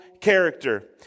character